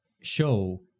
show